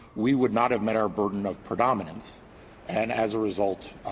we would not have met our burden of predominance and as a result,